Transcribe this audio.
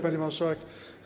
Pani Marszałek!